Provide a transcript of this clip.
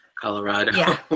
Colorado